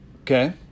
Okay